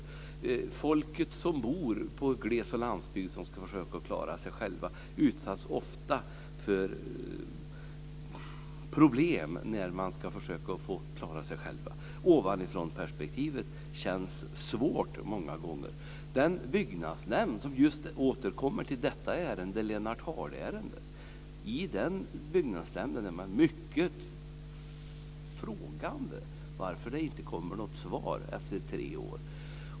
Människor som bor i glesbygd och landsbygd som ska försöka att klara sig själva utsätts ofta för problem när de ska försöka att klara sig själva. Ovanifrånperspektivet känns många gånger svårt. De som sitter i den byggnadsnämnd som återkommer till ärendet med Lennart Hard är mycket frågande inför varför det inte kommer något svar efter tre år.